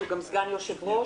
הוא גם סגן יושב-ראש,